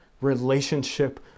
Relationship